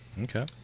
Okay